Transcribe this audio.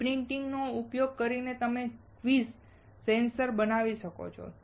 screen પ્રિંટિંગનો ઉપયોગ કરીને તમે ક્વિક સેન્સર બનાવી શકો છો